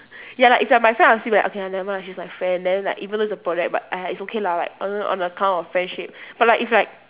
ya like if you are my friend I'll still be like okay lah never mind lah she's my friend then like even though it's a project but !aiya! it's okay lah like on on account of friendship but like if like